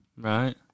Right